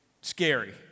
scary